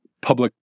public